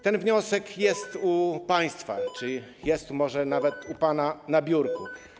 Ten wniosek jest u państwa czy jest może nawet u pana na biurku.